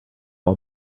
all